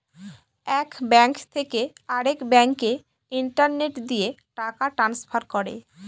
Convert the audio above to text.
এক ব্যাঙ্ক থেকে আরেক ব্যাঙ্কে ইন্টারনেট দিয়ে টাকা ট্রান্সফার করে